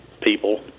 people